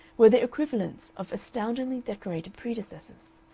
were the equivalents of astoundingly decorated predecessors.